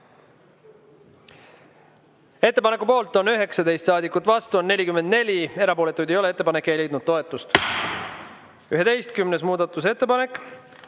Ettepaneku poolt on 19 saadikut, vastu on 45, erapooletuid ei ole. Ettepanek ei leidnud toetust.34. muudatusettepanek,